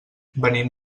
venim